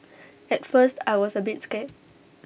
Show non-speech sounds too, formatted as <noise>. at first I was A bit scared <noise>